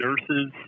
nurses